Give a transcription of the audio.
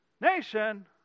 nation